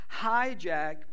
hijack